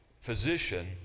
physician